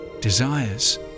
desires